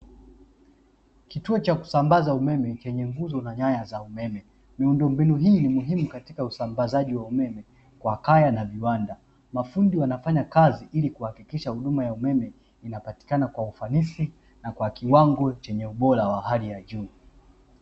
Kituo cha kusambaza umeme chenye nguzo na nyaya za umeme. Miundombinu hii ni muhimu katika usambazaji wa umeme kwa kaya na viwanda. Mafundi wanafanya kazi ili kuhakikisha huduma ya umeme inapatikana kwa ufanisi na kwa kiwango chenye ubora wa hali ya juu.